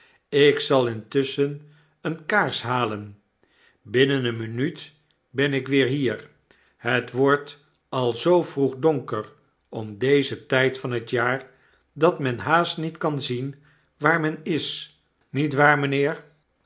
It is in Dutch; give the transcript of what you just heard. ik zal intusschen eene kaars halen binnen eene minuut ben ik weer hier het wordt al zoo vroeg donker om dezen tjjd van het jaar dat men haast niet kan zien waar men is niet waar